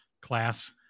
Class